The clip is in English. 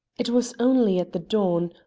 it was only at the dawn,